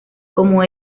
como